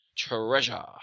treasure